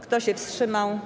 Kto się wstrzymał?